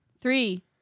Three